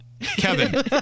Kevin